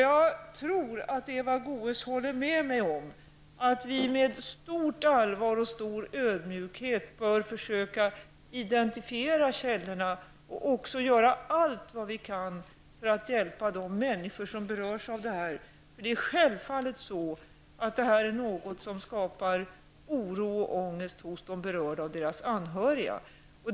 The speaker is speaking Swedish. Jag tror att Eva Goe s håller med mig om att vi med stort allvar och stor ödmjukhet bör försöka identifiera källorna och göra allt vi kan för att hjälpa de människor som berörs av detta, eftersom detta självfallet skapar oro och ångest hos de berörda och deras anhöriga.